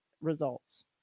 results